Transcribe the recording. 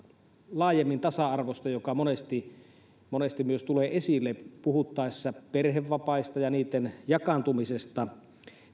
laajemmin tasa arvosta joka monesti monesti myös tulee esille puhuttaessa perhevapaista ja niitten jakaantumisesta